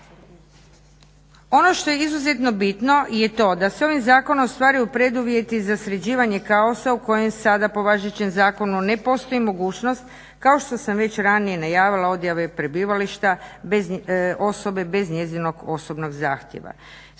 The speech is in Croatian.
Ono što je izuzetno bitno je to da se ovim zakonom stvaraju preduvjeti za sređivanje kaosa u kojem sada po važećem zakonu ne postoji mogućnost kao što sam već ranije najavila odjave prebivališta osobe bez njezinog osobnog zahtjeva.